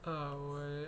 uh 我也